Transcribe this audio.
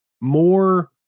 more